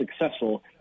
successful